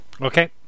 Okay